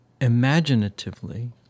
imaginatively